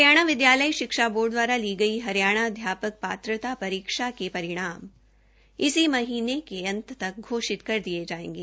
हरियाणा विद्यालय शिक्षा बोर्ड दवारा ली गई हरियाणा अध्यापक पात्रता परीक्षा एचटीईटी के परिणाम इसी माह के अंत तक घोषित कर दिये जायेंगे